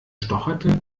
stocherte